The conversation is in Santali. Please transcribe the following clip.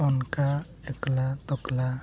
ᱚᱱᱠᱟ ᱮᱠᱞᱟ ᱛᱚᱠᱞᱟ